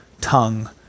tongue